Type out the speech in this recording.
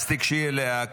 אז תיגשי אליה,